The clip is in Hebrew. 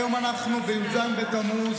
היום אנחנו בי"ז בתמוז.